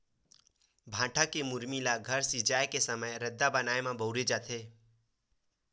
भाठा के मुरमी ल घर सिरजाए के समे रद्दा बनाए म बउरे जाथे